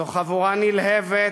זו חבורה נלהבת,